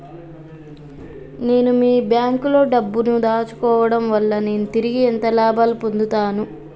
నేను మీ బ్యాంకులో డబ్బు ను దాచుకోవటం వల్ల నేను తిరిగి ఎంత లాభాలు పొందుతాను?